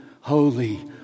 holy